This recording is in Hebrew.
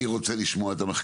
אני רוצה לשמוע את המחקר,